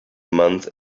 month